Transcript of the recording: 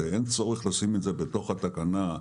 אין צורך לשים את זה בתוך התקנה.